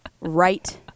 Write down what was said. right